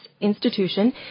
institution